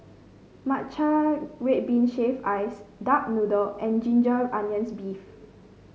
Matcha Red Bean Shaved Ice Duck Noodle and Ginger Onions beef